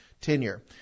tenure